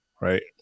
right